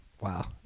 wow